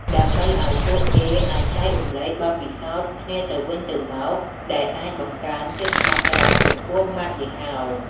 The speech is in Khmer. ដើម្បីឱ្យពួកគេអាចចែករំលែកបទពិសោធន៍គ្នាទៅវិញទៅមក ដែលអាចបង្កើនភាពស្មោះត្រង់ចំពោះម៉ាកយីហោ។